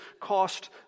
cost